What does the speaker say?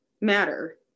matter